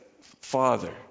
father